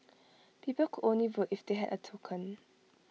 people could only vote if they had A token